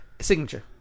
Signature